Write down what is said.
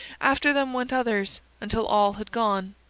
after them went others, until all had gone,